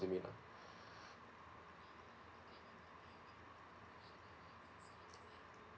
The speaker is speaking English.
it mean